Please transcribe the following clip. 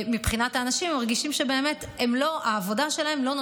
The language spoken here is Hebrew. משולמים היטלי